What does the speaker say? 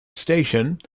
station